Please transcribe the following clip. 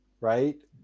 right